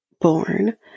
born